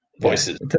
voices